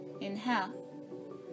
Inhale